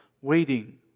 waiting